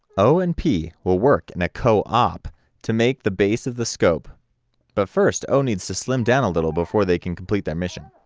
o and p will work in a co-op to make the base of the scope but first o needs slim down a little before they can complete their mission.